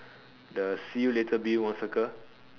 the see you later Bill one circle